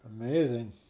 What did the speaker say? Amazing